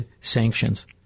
sanctions